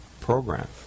program